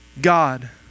God